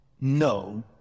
No